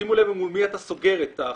שימו לב מול מי אתה סוגר את החסות,